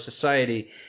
society